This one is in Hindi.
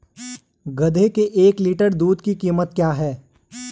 गधे के एक लीटर दूध की कीमत क्या है?